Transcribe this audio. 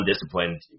undisciplined